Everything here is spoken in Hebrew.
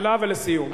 שאלה ולסיום.